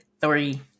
three